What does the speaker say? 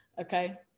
okay